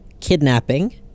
Kidnapping